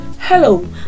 hello